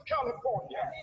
California